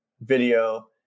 video